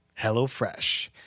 HelloFresh